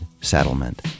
settlement